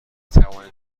توانید